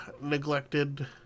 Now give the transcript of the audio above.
neglected